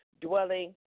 dwelling